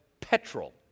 petrol